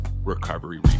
Recovery